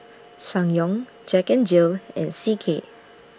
Ssangyong Jack N Jill and C K